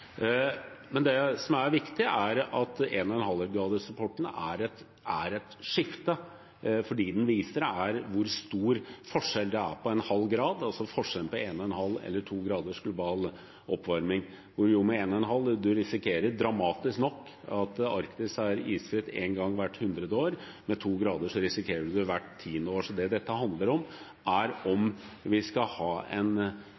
Det som er viktig, er at 1,5-gradersrapporten er et skifte, for det den viser, er hvor stor forskjell det er mellom 1,5 og 2 grader global oppvarming. Ved 1,5 grader risikerer man dramatisk nok at Arktis er isfritt én gang hvert hundrede år, med 2 grader risikerer man det hvert tiende år. Det dette handler om, er om vi skal ha en